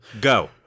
go